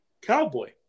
cowboy